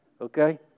okay